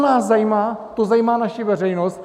To nás zajímá, to zajímá naši veřejnost.